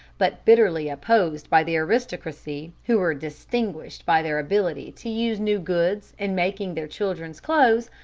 but bitterly opposed by the aristocracy, who were distinguished by their ability to use new goods in making their children's clothes,